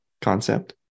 concept